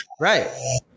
Right